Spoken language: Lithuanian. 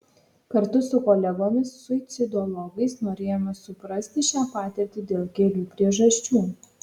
kartu su kolegomis suicidologais norėjome suprasti šią patirtį dėl kelių priežasčių